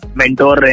mentor